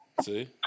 See